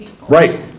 right